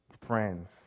friends